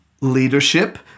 leadership